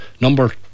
number